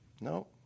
No